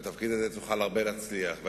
תוכל להצליח בו הרבה,